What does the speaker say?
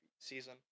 season